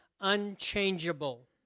unchangeable